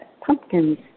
pumpkins